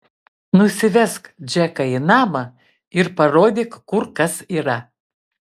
nusivesk džeką į namą ir parodyk kur kas yra